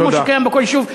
כמו שקיים בכל יישוב.